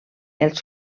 els